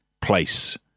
place